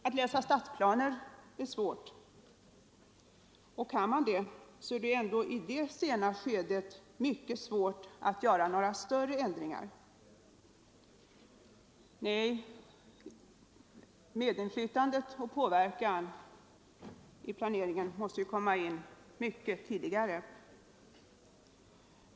Att läsa stadsplaner är besvärligt, och kan man det är det ändå i det sena skedet mycket svårt att få till stånd några större ändringar. Medinflytande och möjligheten till påverkan vid planeringen måste komma in mycket tidigare.